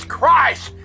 Christ